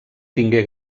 tingué